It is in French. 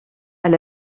elle